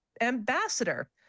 ambassador